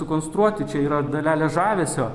sukonstruoti čia yra dalelė žavesio